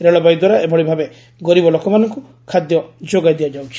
ରେଳବାଇ ଦ୍ୱାରା ଏଭଳି ଭାବେ ଗରିବ ଲୋକମାନଙ୍କୁ ଖାଦ୍ୟ ଯୋଗାଇ ଦିଆଯାଉଛି